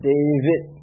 David